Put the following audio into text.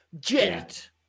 Jet